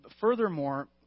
Furthermore